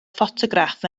ffotograff